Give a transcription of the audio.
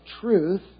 truth